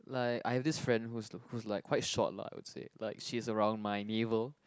like I have this friend who's who's like quite short lah I would say like she's around my naval